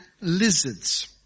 lizards